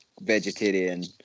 vegetarian